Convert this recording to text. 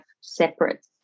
separate